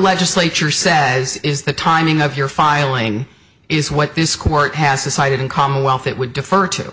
legislature says is the timing of your filing is what this court has decided in commonwealth it would defer to